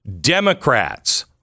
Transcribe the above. democrats